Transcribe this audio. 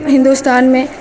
ہندوستان میں